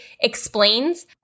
explains